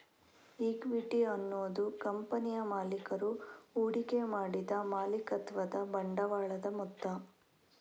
equity ಅನ್ನುದು ಕಂಪನಿಯ ಮಾಲೀಕರು ಹೂಡಿಕೆ ಮಾಡಿದ ಮಾಲೀಕತ್ವದ ಬಂಡವಾಳದ ಮೊತ್ತ